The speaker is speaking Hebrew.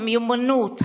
המיומנות,